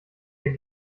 der